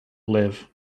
live